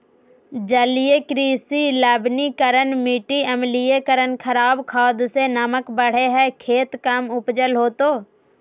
जलीय कृषि लवणीकरण मिटी अम्लीकरण खराब खाद से नमक बढ़े हइ खेत कम उपज होतो